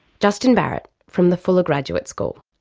justin barrett from the fuller graduate school.